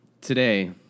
Today